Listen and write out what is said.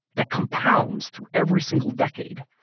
that compounds through every single decade,